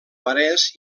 marès